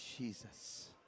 Jesus